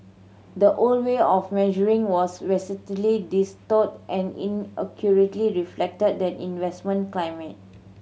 the old way of measuring was vastly distorted and inaccurately reflect the investment climate